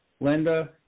Linda